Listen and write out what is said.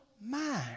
mind